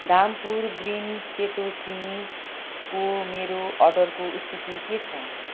Dhampur green सेतो चिनीको मेरो अर्डरको स्थिति के छ